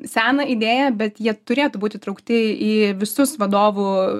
seną idėją bet jie turėtų būt įtraukti į visus vadovų